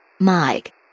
Mike